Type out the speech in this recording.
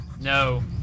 No